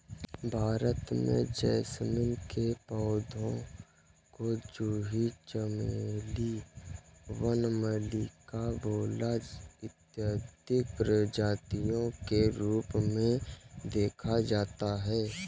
भारत में जैस्मीन के पौधे को जूही चमेली वन मल्लिका बेला इत्यादि प्रजातियों के रूप में देखा जाता है